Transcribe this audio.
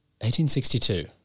1862